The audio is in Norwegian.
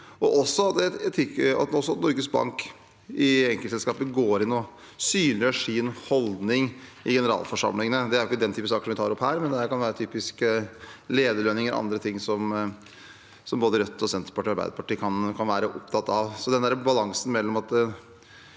det at Norges Bank i enkeltselskaper går inn og synliggjør sin holdning i generalforsamlingene. Det er jo ikke den type saker som vi tar opp her, men det kan typisk være lederlønninger og andre ting som både Rødt og Senterpartiet og Arbeiderpartiet kan være opptatt av.